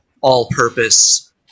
all-purpose